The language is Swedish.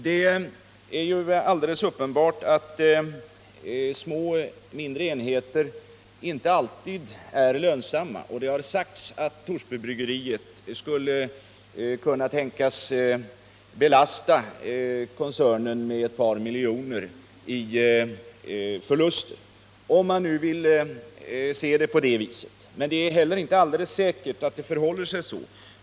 Det är alldeles uppenbart att mindre enheter inte alltid är lönsamma. Det har sagts att Torsbybryggeriet skulle kunna belasta koncernen med ett par miljoner i förluster — om man nu vill se saken på det viset. Men det är heller inte alldeles säkert att det förhåller sig så.